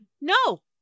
No